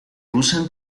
usan